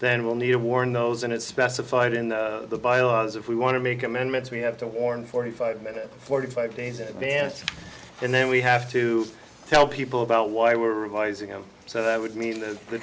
then we'll need to warn those in it specified in the bylaws if we want to make amendments we have to warn forty five minute forty five days in advance and then we have to tell people about why were revising it so that would mean that the